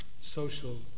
social